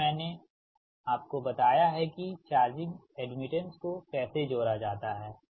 अभी मैंने आपको बताया है कि चार्जिंग एड्मिटेंस को कैसे जोड़ा जाता है